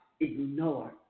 ignore